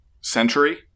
century